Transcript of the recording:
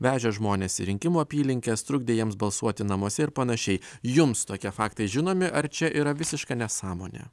vežė žmones į rinkimų apylinkes trukdė jiems balsuoti namuose ir panašiai jums tokie faktai žinomi ar čia yra visiška nesąmonė